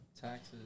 Taxes